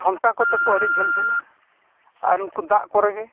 ᱴᱷᱚᱱᱴᱟ ᱠᱚᱛᱟ ᱠᱚ ᱟᱹᱰᱤ ᱡᱷᱟᱹᱞᱼᱡᱷᱟᱹᱞᱟ ᱟᱨ ᱩᱱᱠᱩ ᱫᱟᱜ ᱠᱚᱨᱮ ᱜᱮ